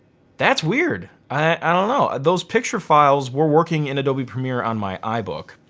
that's weird. i don't know. those picture files were working in adobe premiere on my ibook.